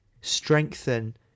strengthen